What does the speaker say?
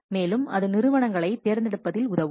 மேலும் அது நிறுவனங்களை தேர்ந்தெடுப்பதில் உதவும்